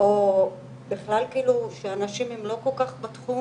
או בכלל כאילו שהנשים הן לא כל כך בתחום